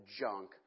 junk